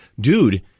Dude